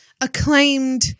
Acclaimed